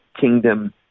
kingdom